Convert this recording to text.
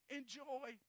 enjoy